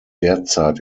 derzeit